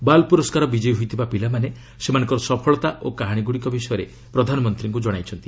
ବାଲ୍ ପୁରସ୍କାର ବିଜୟୀ ହୋଇଥିବା ପିଲାମାନେ ସେମାନଙ୍କର ସଫଳତା ଓ କାହାଣୀଗୁଡ଼ିକ ବିଷୟରେ ପ୍ରଧାନମନ୍ତ୍ରୀଙ୍କୁ ଜଣାଇଛନ୍ତି